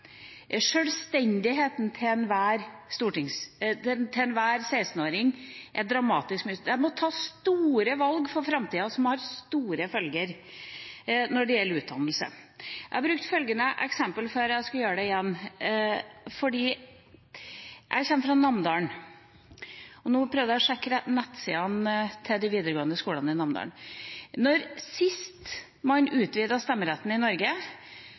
Sjølstendigheten til enhver 16-åring er dramatisk mye større: De må ta store valg for framtida, som får store følger når det gjelder utdannelse. Jeg har brukt følgende eksempel før, jeg skal gjøre det igjen: Jeg kommer fra Namdalen, og jeg prøvde å sjekke nettsidene til de videregående skolene i Namdalen. Sist man utvidet stemmeretten i Norge,